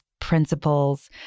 principles